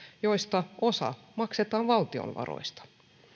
joista osa maksetaan valtion varoista